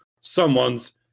someone's